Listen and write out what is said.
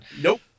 Nope